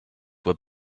were